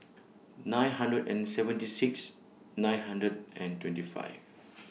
nine hundred and seventy six nine hundred and twenty five